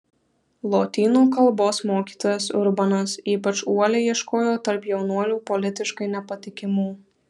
lotynų kalbos mokytojas urbanas ypač uoliai ieškojo tarp jaunuolių politiškai nepatikimų